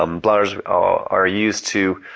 um blotters are used to